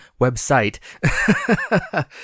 website